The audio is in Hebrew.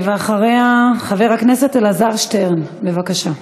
חבר הכנסת אלעזר שטרן, בבקשה.